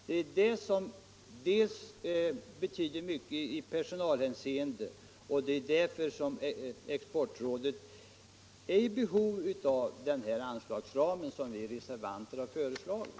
Detta betyder mycket i personalhänseende, och det är därför Exportrådet är i behov av den här anslagsramen som vi reservanter har föreslagit.